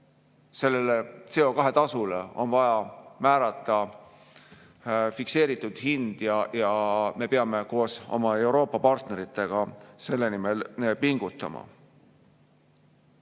et CO2-tasule on vaja määrata fikseeritud hind ja me peame koos oma Euroopa partneritega selle nimel pingutama.